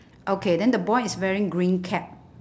okay then the boy is wearing green cap